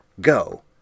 go